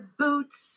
boots